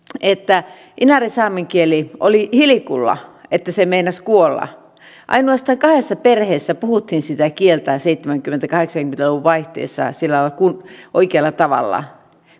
että inarinsaamen kieli oli hilkulla että se meinasi kuolla ainoastaan kahdessa perheessä puhuttiin sitä kieltä seitsemänkymmentä viiva kahdeksankymmentä luvun vaihteessa sillä lailla oikealla tavalla